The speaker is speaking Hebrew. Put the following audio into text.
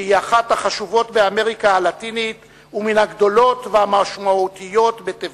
שהיא אחת החשובות באמריקה הלטינית ומן הגדולות והמשמעותיות בתבל.